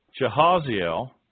Jehaziel